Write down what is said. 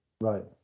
Right